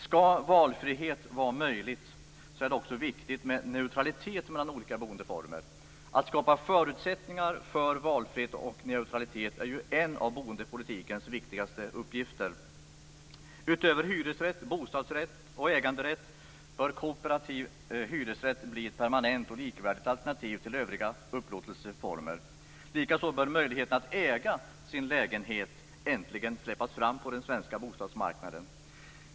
Skall valfrihet vara möjligt är det också viktigt med neutralitet mellan olika boendeformer. Att skapa förutsättningar för denna valfrihet och neutralitet är en av boendepolitikens viktigaste uppgifter. Utöver hyresrätt, bostadsrätt och äganderätt bör även kooperativ hyresrätt bli ett permanent och likvärdigt alternativ till övriga upplåtelseformer. Likaså bör möjligheten att äga sin lägenhet äntligen släppas fram på den svenska bostadsmarknaden.